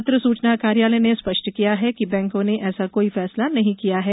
पत्र सुचना कार्यालय ने स्पष्ट किया है कि बैंकों ने ऐसा कोई फैसला नहीं किया है